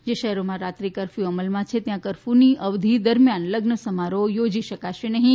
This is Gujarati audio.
જે શહેરોમાં રાત્રી કરફ્યુ અમલમાં છે ત્યાં કરફયુની અવધી દરમિયાન લગ્ન સમારોહ યોજી શકાશે નહીં